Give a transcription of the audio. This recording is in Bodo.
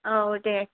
औ दे